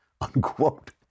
unquote